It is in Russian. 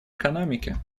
экономики